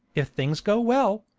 if things go well,